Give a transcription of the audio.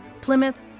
Plymouth